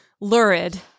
lurid